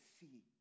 see